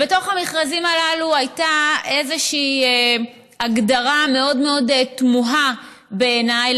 בתוך המכרזים הללו הייתה איזושהי הגדרה מאוד מאוד תמוהה בעיניי,